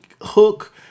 hook